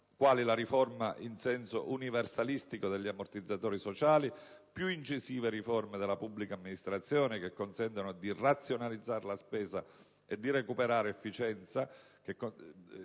quali la riforma in senso universalistico degli ammortizzatori sociali, più incisive riforme della pubblica amministrazione, che consentano di razionalizzare la spesa e di recuperare efficienza,